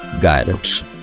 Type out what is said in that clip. guidance